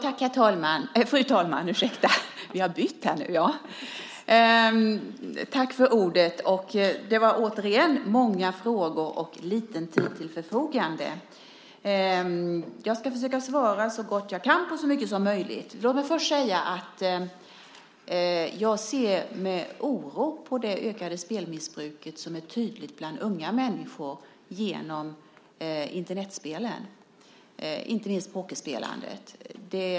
Fru talman! Det var återigen många frågor och liten tid till förfogande. Jag ska försöka svara så gott jag kan på så mycket som möjligt. Låt mig först säga att jag ser med oro på det ökade spelmissbruket som är så tydligt bland unga människor genom Internetspelen. Det gäller inte minst pokerspelandet.